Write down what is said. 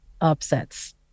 upsets